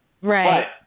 Right